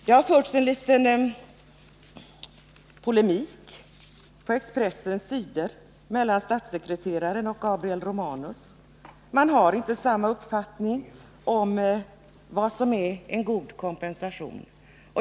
Det har förts en liten polemik på Expressens sidor mellan statssekreteraren och Gabriel Romanus. De har inte samma uppfattning om vad som är en god kompensation.